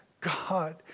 god